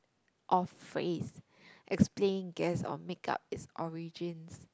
or phrase explain guess or make-up it's origins